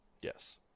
yes